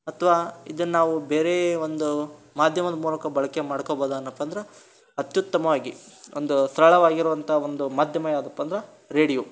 ಅಥ್ವಾ ಇದನ್ನು ನಾವು ಬೇರೇ ಒಂದು ಮಾಧ್ಯಮದ್ ಮೂಲಕ ಬಳಕೆ ಮಾಡ್ಕೊಬೋದ ಅಂದ್ನಪ್ಪ ಅಂದ್ರೆ ಅತ್ಯುತ್ತಮವಾಗಿ ಒಂದೂ ಸರಳವಾಗಿರುವಂಥ ಒಂದು ಮಾಧ್ಯಮ ಯಾವುದಪ್ಪ ಅಂದ್ರೆ ರೇಡಿಯೋ